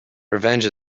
revenge